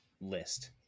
list